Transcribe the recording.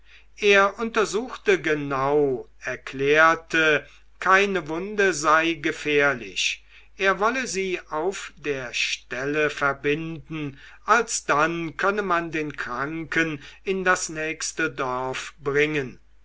er untersuchte genau erklärte keine wunde sei gefährlich er wolle sie auf der stelle verbinden alsdann könne man den kranken in das nächste dorf bringen